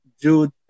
Jude